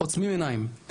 עוצמים עיניים,